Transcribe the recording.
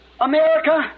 America